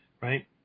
right